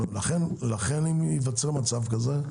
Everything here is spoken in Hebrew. לכן, אם ייווצר מצב כזה,